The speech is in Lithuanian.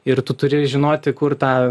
ir tu turi žinoti kur tą